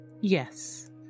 Yes